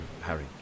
Harry